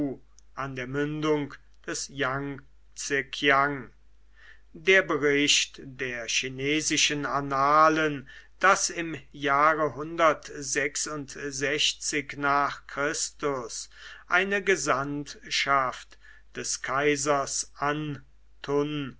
an der mündung des yang tse kiang der bericht der chinesischen annalen daß im jahre nach christus eine gesandtschaft des kaisers an tun